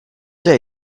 day